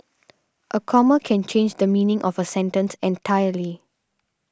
a comma can change the meaning of a sentence entirely